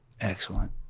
Excellent